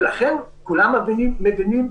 לכן כולם מבינים,